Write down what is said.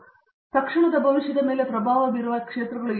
ಆದರೆ ಅವುಗಳು ಗಮನದಲ್ಲಿಟ್ಟುಕೊಂಡು ತಕ್ಷಣದ ಭವಿಷ್ಯದ ಮೇಲೆ ಪ್ರಭಾವ ಬೀರುತ್ತವೆ